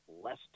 less